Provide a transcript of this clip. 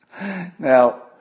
Now